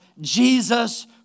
Jesus